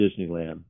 Disneyland